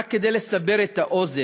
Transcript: רק כדי לסבר את האוזן,